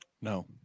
No